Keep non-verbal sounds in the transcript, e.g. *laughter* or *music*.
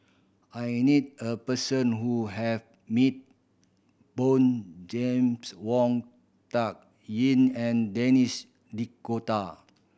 I need a person who have meet *unintelligible* James Wong Tuck Yim and Denis D'Cotta